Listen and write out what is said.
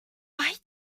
why